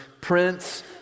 Prince